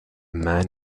man